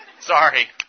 Sorry